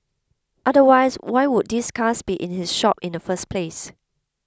otherwise why would these cars be in his shop in the first place